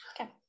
Okay